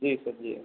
जी sir जी